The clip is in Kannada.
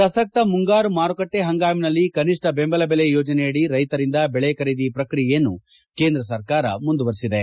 ಪ್ರಸಕ್ತ ಮುಂಗಾರು ಮಾರುಕಟ್ಟೆ ಹಂಗಾಮಿನಲ್ಲಿ ಕನಿಷ್ಠ ಬೆಂಬಲ ಬೆಲೆ ಯೋಜನೆ ಅಡಿ ರೈತರಿಂದ ಬೆಳೆ ಖರೀದಿ ಪ್ರಕ್ರಿಯೆಯನ್ನು ಕೇಂದ್ರ ಸರಕಾರ ಮುಂದುವರಿಸಿದೆ